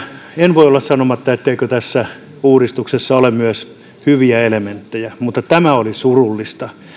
en voi olla sanomatta etteikö tässä uudistuksessa ole myös hyviä elementtejä mutta tämä oli surullista